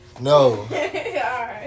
No